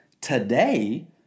Today